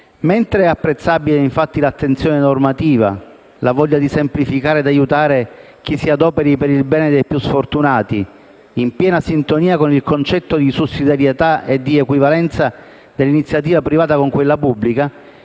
Mentre è apprezzabile, infatti, l'attenzione normativa, la voglia di aiutare chi si adoperi per il bene dei più sfortunati, in piena sintonia con il concetto di sussidiarietà e di equivalenza dell'iniziativa privata con quella pubblica,